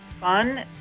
fun